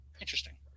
Interesting